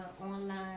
online